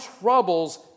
troubles